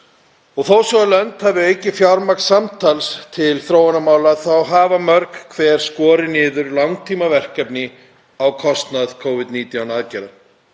Þó svo að lönd hafi aukið fjármagn samtals til þróunarmála þá hafa mörg hver skorið niður langtímaverkefni á kostnað Covid-19 aðgerða.